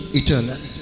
eternal